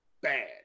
Bad